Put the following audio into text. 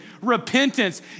Repentance